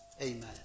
Amen